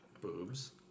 boobs